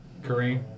Kareem